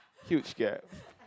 huge gap